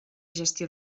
gestió